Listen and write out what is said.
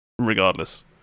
regardless